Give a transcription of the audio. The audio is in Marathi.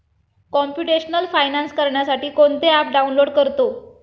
कॉम्प्युटेशनल फायनान्स करण्यासाठी कोणते ॲप डाउनलोड करतो